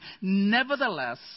Nevertheless